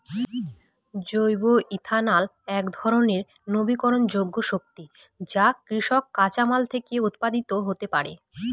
জৈব ইথানল একধরনের নবীকরনযোগ্য শক্তি যা কৃষিজ কাঁচামাল থেকে উৎপাদিত হতে পারে